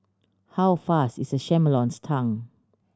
how fast is a chameleon's tongue